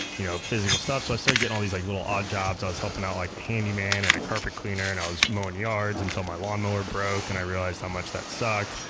you know, physical stuff. so, i started so getting all these like little odd jobs i was helping out like a handyman and a carpet cleaner and i was mowing yards until my lawn mower broke. and i realized how much that sucked,